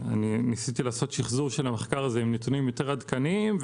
ניסיתי לעשות שחזור של המחקר הזה עם נתונים יותר עדכניים,